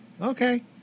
Okay